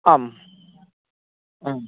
आम्